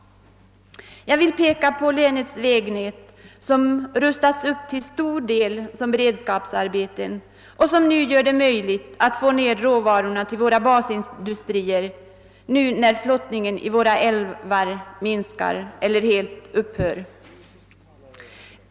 Jag vill peka på länets vägnät, som rustats upp till stor del genom beredskapsarbeten och som nu gör det möjligt att få ner råvaror till våra basindustrier, när flottningen i våra älvar minskar eller helt upphör.